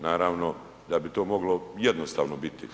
Naravno da bi to moglo jednostavno biti.